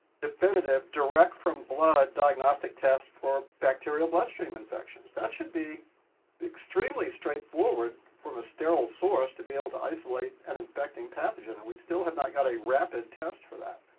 definitive, direct from blood diagnostic tests for bacterial bloodstream infections. that should be extremely straight forward from a sterile source to be able to isolate an infecting pathogen, and we still have not got a rapid test for that.